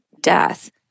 death